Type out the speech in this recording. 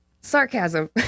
sarcasm